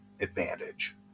advantage